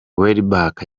welbeck